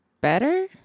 better